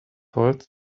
holz